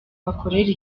bakorere